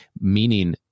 Meaning